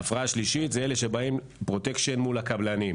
ההפרעה השלישית היא של אלה שדורשים פרוטקשיין מול הקבלנים.